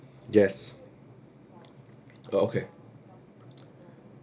yes oh okay